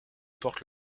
porte